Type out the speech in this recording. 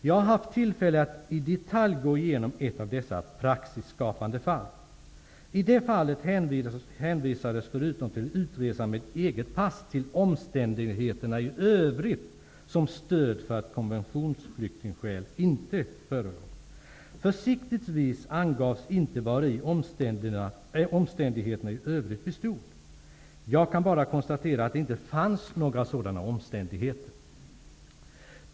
Jag har haft tillfälle att i detalj gå igenom ett av dessa praxisskapande fall. I det fallet hänvisades förutom till utresa med eget pass också till omständigheterna i övrigt som stöd för att konventionsflyktingskäl inte förelåg. Försiktigtvis angavs inte vari ''omständigheterna i övrigt'' bestod. Jag kan bara konstatera att det inte fanns några sådana omständigheter.